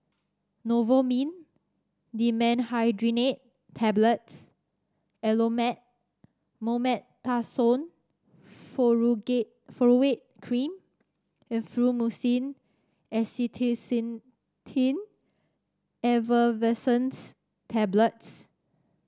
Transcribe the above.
Novomin Dimenhydrinate Tablets Elomet Mometasone Furoate Cream and Fluimucil Acetylcysteine Effervescent's Tablets